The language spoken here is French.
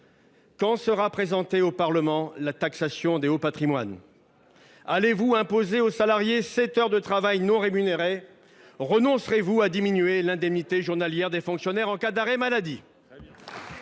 au Parlement un texte sur la taxation des hauts patrimoines ? Allez vous imposer aux salariés 7 heures de travail non rémunérées ? Renoncerez vous à diminuer l’indemnité journalière des fonctionnaires en cas d’arrêt maladie ?